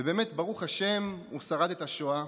ובאמת, ברוך השם, הוא שרד את השואה